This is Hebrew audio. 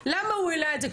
למה הוא העלה את זה,